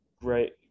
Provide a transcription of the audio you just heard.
great